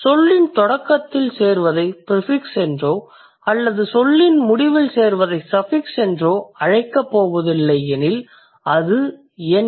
சொல்லின் தொடக்கத்தில் சேர்வதை ப்ரிஃபிக்ஸ் என்றோ அல்லது சொல்லின் முடிவில் சேர்வதை சஃபிக்ஸ் என்று அழைக்கப் போவதில்லை எனில் அது என்ன